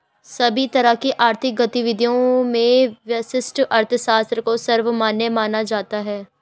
सभी तरह की आर्थिक गतिविधियों में व्यष्टि अर्थशास्त्र को सर्वमान्य माना जाता है